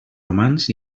romans